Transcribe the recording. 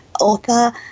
author